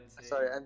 Sorry